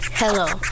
Hello